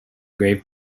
grave